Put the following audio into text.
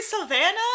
Savannah